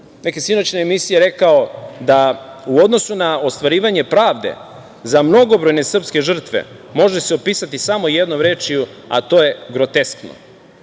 neke sinoćne emisije rekao da u odnosu na ostvarivanje pravde za mnogobrojne srpske žrtve može se opisati samo jednom rečju, a to je groteskno.